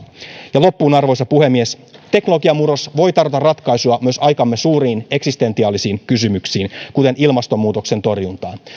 ja loppuun arvoisa puhemies teknologiamurros voi tarjota ratkaisuja myös aikamme suuriin eksistentiaalisiin kysymyksiin kuten ilmastonmuutoksen torjuntaan